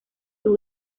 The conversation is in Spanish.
sus